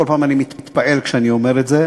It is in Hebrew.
כל פעם אני מתפעל כשאני אומר את זה,